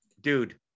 Dude